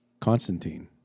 Constantine